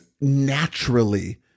naturally